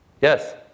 Yes